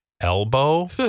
elbow